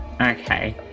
Okay